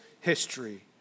history